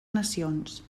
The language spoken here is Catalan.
nacions